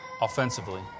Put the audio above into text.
Offensively